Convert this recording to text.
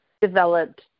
developed